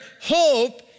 hope